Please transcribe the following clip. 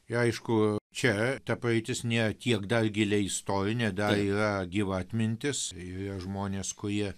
ir aišku čia ta praeitis nėra tiek dar giliai istorinė dar yra gyva atmintis ir yra žmonės kurie